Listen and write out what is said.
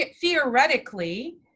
Theoretically